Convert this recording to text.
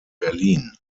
berlin